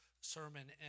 sermon